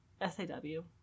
S-A-W